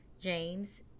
James